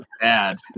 bad